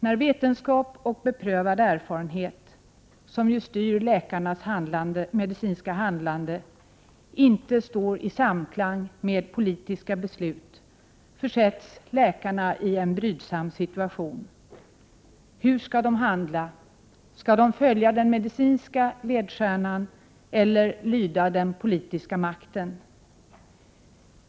När vetenskap och beprövad erfarenhet, som ju styr läkarnas medicinska handlande, inte står i samklang med politiska beslut försätts läkarna i en brydsam situation. Hur skall de handla? Skall de följa den medicinska ledstjärnan eller lyda den politiska makten?